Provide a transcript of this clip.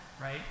right